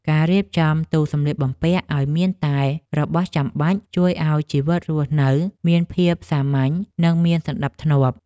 ការរៀបចំទូសម្លៀកបំពាក់ឱ្យមានតែរបស់ចាំបាច់ ជួយឱ្យជីវិតរស់នៅមានភាពសាមញ្ញនិងមានសណ្តាប់ធ្នាប់។